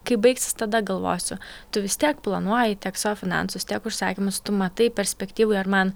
kai baigsis tada galvosiu tu vis tiek planuoji tiek savo finansus tiek užsakymus tu matai perspektyvoj ar man